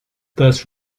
thus